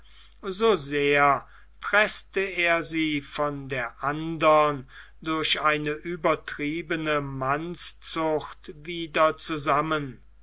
so sehr preßte er sie von der andern durch eine übertriebene mannszucht wieder zusammen